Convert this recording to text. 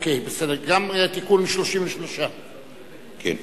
הבנתי, אוקיי, בסדר, גם תיקון 33. כן.